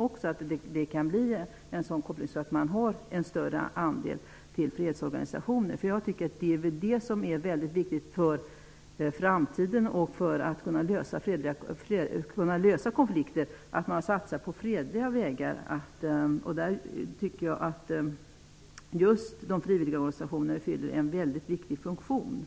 Då kan det bli en sådan koppling att det blir en större andel till fredsorganisationerna. Det är viktigt för framtiden och för att man skall kunna lösa konflikter att man satsar på fredliga vägar. Just frivilligorganisationerna fyller en viktig funktion.